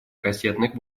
кассетных